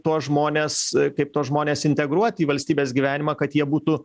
tuos žmones kaip tuos žmones integruoti į valstybės gyvenimą kad jie būtų